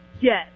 Yes